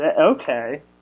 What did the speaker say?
okay